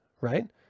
right